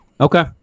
Okay